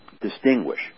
distinguish